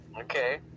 Okay